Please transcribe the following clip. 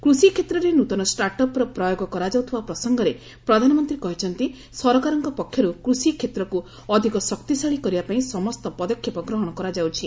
କୁଷି କ୍ଷେତ୍ରରେ ନୃତନ ଷ୍ଟାଟ୍ଅପ୍ର ପ୍ରୟୋଗ କରାଯାଉଥିବା ପ୍ରସଙ୍ଗରେ ପ୍ରଧାନମନ୍ତ୍ରୀ କହିଛନ୍ତି ସରକାରଙ୍କ ପକ୍ଷରୁ କୃଷି କ୍ଷେତ୍ରକୁ ଅଧିକ ଶକ୍ତିଶାଳୀ କରିବା ପାଇଁ ସମସ୍ତ ପଦକ୍ଷେପ ଗ୍ରହଣ କରାଯାଉଛି